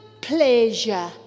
pleasure